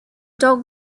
dog